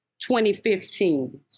2015